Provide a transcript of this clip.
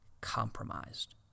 compromised